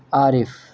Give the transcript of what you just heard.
عارف